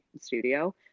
studio